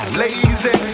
lazy